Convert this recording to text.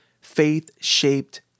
faith-shaped